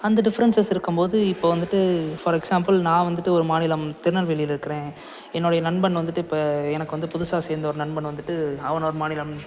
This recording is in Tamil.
அந்த டிஃபரெண்ஸ்சஸ் இருக்கும் போது இப்போது வந்துட்டு ஃபார் எக்ஸ்சாம்பில் நான் வந்துட்டு ஒரு மாநிலம் திருநெல்வேலியில இருக்கிறேன் என்னுடைய நண்பன் வந்துட்டு இப்போ எனக்கு வந்து புதுசாக சேர்ந்த ஒரு நண்பன் வந்துட்டு அவன் ஒரு மாநிலம்